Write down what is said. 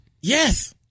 Yes